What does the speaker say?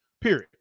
Period